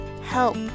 help